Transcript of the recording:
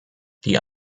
die